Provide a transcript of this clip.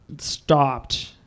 stopped